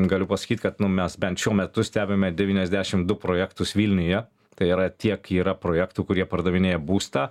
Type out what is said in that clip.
galiu pasakyt kad nu mes bent šiuo metu stebime devyniasdešim du projektus vilniuje tai yra tiek yra projektų kur jie pardavinėja būstą